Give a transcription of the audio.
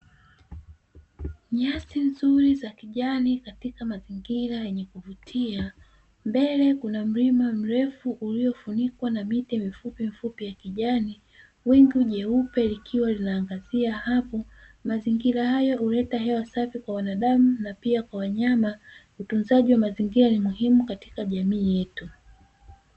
Nyasi nzuri za kijani katika mazingira ya kuvutia, mbele kuna mlima mrefu uliofunikwa na miti mifupi mifupi ya kijani, wingu jeupe likiwa linaangazia hapo. Mazingira hayo huleta hewa safi kwa binadamu na pia kwa wanyama, utunzaji wa mazingira ni muhimu katika jamii yetu.